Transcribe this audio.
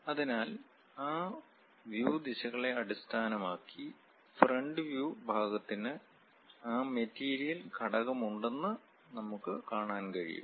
അതിനാൽ ആ വ്യൂ ദിശകളെ അടിസ്ഥാനമാക്കി ഫ്രണ്ട് വ്യൂ ഭാഗത്തിന് ആ മെറ്റീരിയൽ ഘടകമുണ്ടെന്ന് നമുക്ക് കാണാൻ കഴിയും